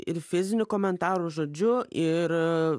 ir fizinių komentarų žodžiu ir